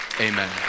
Amen